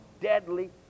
deadly